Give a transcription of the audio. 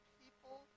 people